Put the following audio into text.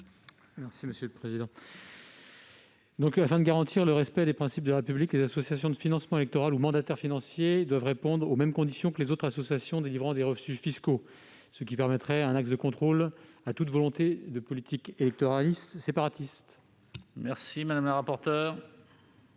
M. Sébastien Meurant. Afin de garantir le respect des principes de la République, les associations de financement électorales ou mandataires financiers doivent répondre aux mêmes conditions que les autres associations délivrant des reçus fiscaux. Cela permettrait un axe de contrôle de toute volonté de politique électoraliste séparatiste. Quel est l'avis de